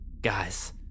guys